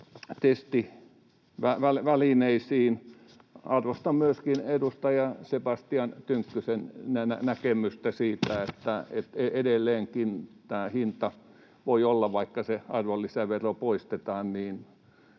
testivälineisiin. Arvostan myöskin edustaja Sebastian Tynkkysen näkemystä siitä, että edelleenkin tämä hinta voi olla, vaikka se arvonlisävero poistetaan,